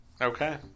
Okay